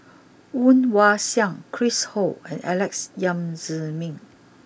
Woon Wah Siang Chris Ho and Alex Yam Ziming